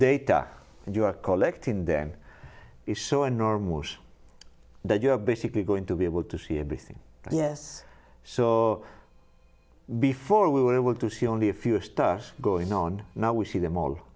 data and your collecting them is so enormous that you're basically going to be able to see everything yes saw before we were able to see only a few stars go in on now we see them all